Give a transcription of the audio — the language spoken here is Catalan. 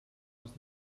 les